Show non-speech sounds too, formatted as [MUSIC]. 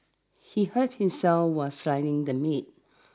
he hurt himself while [UNINTELLIGIBLE] the meat